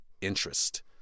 interest